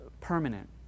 permanent